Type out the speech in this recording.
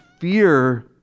fear